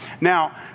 Now